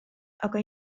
aga